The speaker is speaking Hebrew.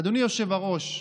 אדוני היושב-ראש,